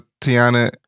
Tiana